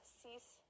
cease